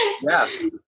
Yes